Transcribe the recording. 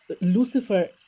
Lucifer